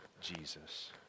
Jesus